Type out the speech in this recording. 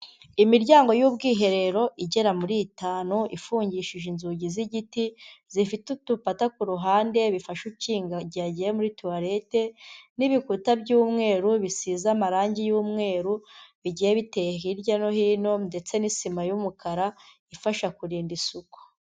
Imiryango y'ubwiherero igera muri itanu ifungishije inzugi z'igiti, zifite udupata ku ruhande bifashe ukinga igihe agiye muri tuwalete, n'ibikuta by'umweru bisize amarangi y'umweru bigiye biteye hirya no hino ndetse n'isima y'umukara ifasha kurinda isuku.